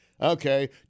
okay